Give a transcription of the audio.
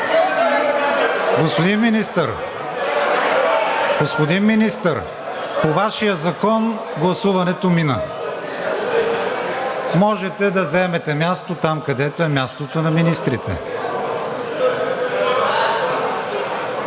когато гласувате. Господин Министър, по Вашия закон гласуването мина. Можете да заемете място там, където е мястото на министрите.